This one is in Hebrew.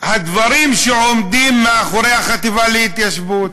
הדברים שעומדים מאחורי החטיבה להתיישבות,